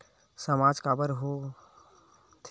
सामाज काबर हो थे?